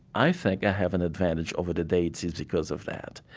i think i have an advantage over the deities because of that.